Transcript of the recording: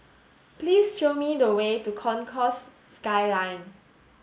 please show me the way to Concourse Skyline